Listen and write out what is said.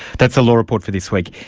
that's the law report for this week.